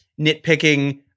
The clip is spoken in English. nitpicking